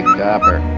copper